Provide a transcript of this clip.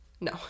No